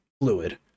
fluid